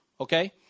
Okay